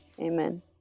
Amen